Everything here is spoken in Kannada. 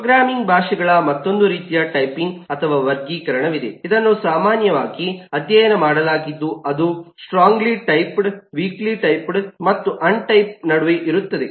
ಪ್ರೋಗ್ರಾಮಿಂಗ್ ಭಾಷೆಗಳ ಮತ್ತೊಂದು ರೀತಿಯ ಟೈಪಿಂಗ್ ಅಥವಾ ವರ್ಗೀಕರಣವಿದೆ ಇದನ್ನು ಸಾಮಾನ್ಯವಾಗಿ ಅಧ್ಯಯನ ಮಾಡಲಾಗಿದ್ದು ಅದು ಸ್ಟ್ರಾಂಗಲಿ ಟೈಪ್ಡ್ ವೀಕ್ಲಿಟೈಪ್ಡ್ ಮತ್ತು ಅನ್ ಟೈಪ್ಡ್ ನಡುವೆ ಇರುತ್ತದೆ